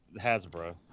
Hasbro